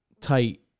tight